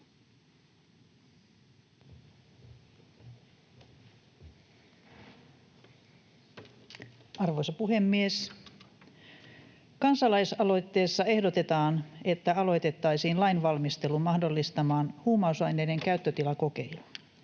Arvoisa puhemies! Kansalaisaloitteessa ehdotetaan, että aloitettaisiin lainvalmistelu mahdollistamaan huumausaineiden käyttötilakokeilu.